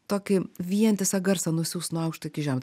tokį vientisą garsą nusiųst nuo aukšto iki žemo